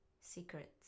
Secrets